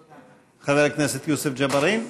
כן, חבר הכנסת יוסף ג'בארין,